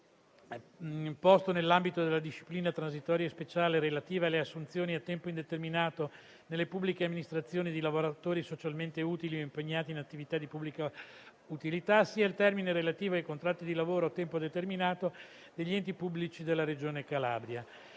il termine temporale posto nell'ambito della disciplina transitoria e speciale relativa alle assunzioni a tempo indeterminato nelle pubbliche amministrazioni di lavoratori socialmente utili impegnati in attività di pubblica utilità, sia il termine relativo ai contratti di lavoro a tempo determinato degli enti pubblici della Regione Calabria.